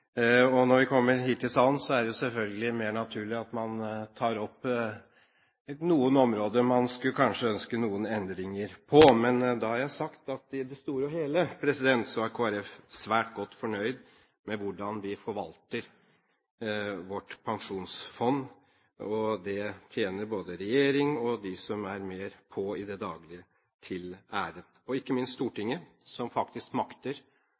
Men når vi kommer hit i salen, er det selvfølgelig mer naturlig at man tar opp noen områder der man kanskje skulle ønske noen endringer. Da har jeg likevel sagt at i det store og hele er Kristelig Folkeparti svært godt fornøyd med hvordan vi forvalter vårt pensjonsfond. Det tjener både regjering og de som er mer på i det daglige, til ære, og ikke minst Stortinget, som faktisk makter